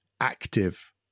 Active